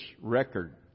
record